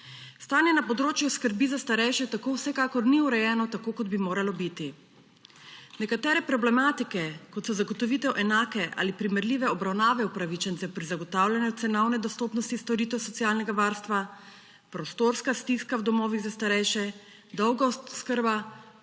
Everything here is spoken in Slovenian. Stanje na področju skrbi za starejše tako vsekakor ni urejeno tako, kot bi moralo biti. Nekatere problematike, kot so zagotovitev enake ali primerljive obravnave upravičencev pri zagotavljanju cenovne dostopnosti storitev socialnega varstva, prostorska stiska v domovih za starejše, dolga oskrba,